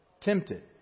Tempted